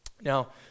Now